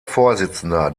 vorsitzender